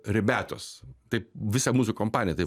rebiatos taip visa mūsų kompanija taip